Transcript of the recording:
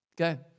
Okay